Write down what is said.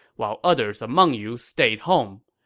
while others among you stayed home.